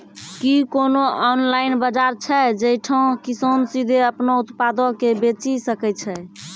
कि कोनो ऑनलाइन बजार छै जैठां किसान सीधे अपनो उत्पादो के बेची सकै छै?